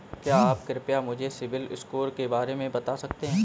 क्या आप कृपया मुझे सिबिल स्कोर के बारे में बता सकते हैं?